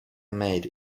made